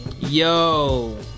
yo